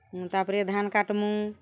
ତା'ପରେ ଧାନ୍ କାଟ୍ମୁ